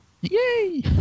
Yay